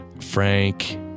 Frank